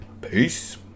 Peace